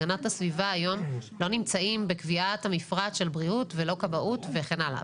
הגנת הסביבה היום לא נמצאים בקביעת המפרט של בריאות ולא כבאות וכן הלאה.